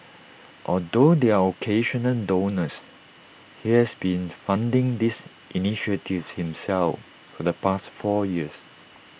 although there are occasional donors he has been funding these initiatives himself for the past four years